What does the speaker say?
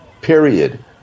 Period